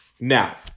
Now